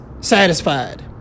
satisfied